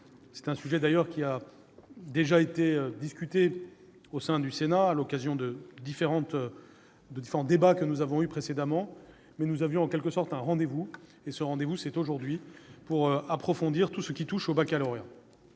d'un sujet dont a déjà discuté le Sénat à l'occasion de différents débats que nous avons eus précédemment, mais nous avions en quelque sorte rendez-vous, rendez-vous qui a lieu aujourd'hui, pour approfondir tout ce qui touche au baccalauréat.